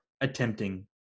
attempting